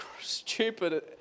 stupid